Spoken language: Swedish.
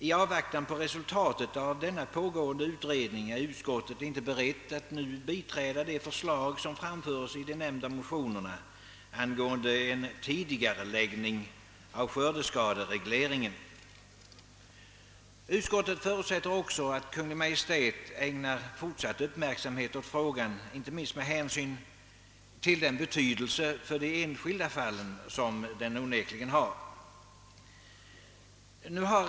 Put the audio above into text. I avvaktan på resultatet av denna pågående utredning är utskottet inte berett att nu biträda det förslag som framföres i de nämnda motionerna angående en tidigareläggning av skördeskaderegleringen. Utskottet förutsätter också att Kungl. Maj:t ägnar fortsatt uppmärksamhet åt frågan, inte minst med hänsyn till den betydelse för de enskilda fallen som den onekligen har.